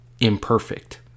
imperfect